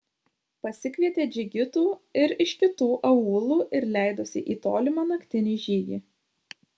pasikvietė džigitų ir iš kitų aūlų ir leidosi į tolimą naktinį žygį